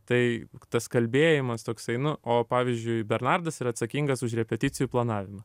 tai tas kalbėjimas toksai nu o pavyzdžiui bernardas yra atsakingas už repeticijų planavimą